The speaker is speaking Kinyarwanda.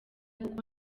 kuko